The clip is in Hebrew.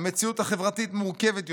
המציאות החברתית מורכבת יותר.